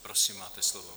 Prosím máte slovo.